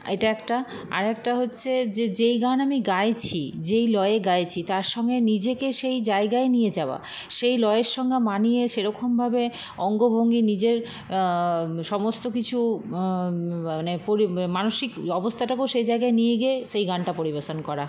এটা একটা আর একটা হচ্ছে যে যেই গান আমি গাইছি যেই লয়ে গাইছি তার সঙ্গে নিজেকে সেই জায়গায় নিয়ে যাওয়া সেই লয়ের সঙ্গে মানিয়ে সেরকমভাবে অঙ্গ ভঙ্গি নিজের সমস্ত কিছু মানে মানসিক অবস্থাটাকেও সেই জায়গায় নিয়ে গিয়ে সেই গানটা পরিবেশন করা